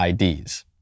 IDs